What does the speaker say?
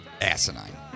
asinine